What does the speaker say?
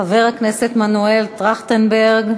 חבר הכנסת מנואל טרכטנברג,